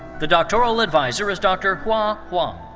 the doctoral adviser is dr. hua wang.